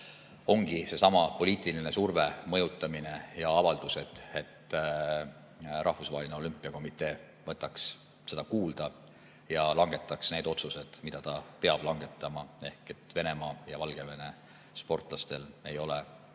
ongi seesama poliitiline surve, mõjutamine ja avaldused, et Rahvusvaheline Olümpiakomitee võtaks seda kuulda ja langetaks need otsused, mida ta peab langetama, ehk et Venemaa ja Valgevene sportlastel ei ole